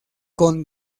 con